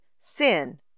sin